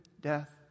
death